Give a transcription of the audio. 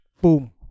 Boom